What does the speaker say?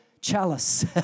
chalice